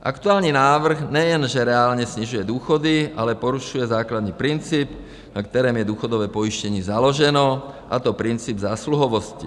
Aktuální návrh nejenže reálně snižuje důchody, ale porušuje základní princip, na kterém je důchodové pojištění založeno, a to princip zásluhovosti.